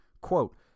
quote